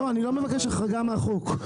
לא, אני לא מבקש החרגה מהחוק.